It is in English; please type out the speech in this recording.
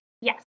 Yes